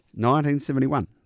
1971